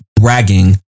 bragging